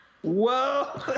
Whoa